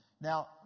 Now